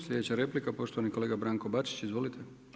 Slijedeća replika poštovani kolega Branko Bačić, izvolite.